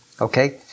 okay